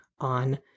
on